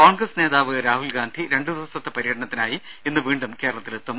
കോൺഗ്രസ് നേതാവ് രാഹുൽ ഗാന്ധി രണ്ട് ദിവസത്തെ പര്യടനത്തിനായി ഇന്ന് വീണ്ടും കേരളത്തിലെത്തും